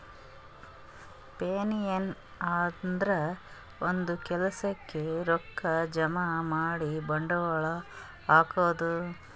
finance ಅಂದ್ರ ಒಂದ್ ಕೆಲ್ಸಕ್ಕ್ ರೊಕ್ಕಾ ಜಮಾ ಮಾಡಿ ಬಂಡವಾಳ್ ಹಾಕದು